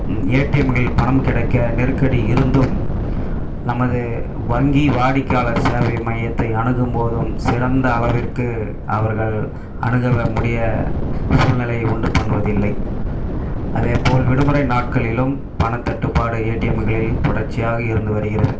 ஏடிஎம்கள் பணம் கிடைக்க நெருக்கடி இருந்தும் நமது வங்கி வாடிக்கையாளர் சேவை மையத்தை அணுகும்போதும் சிறந்த அளவிற்கு அவர்கள் அணுகவ முடிய சூழ்நிலையை உண்டு பண்ணுவதில்லை அதேப்போல் விடுமுறை நாட்களிலும் பண தட்டுப்பாடு ஏடிஎம்களில் தொடர்ச்சியாக இருந்து வருகிறது